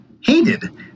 hated